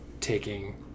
taking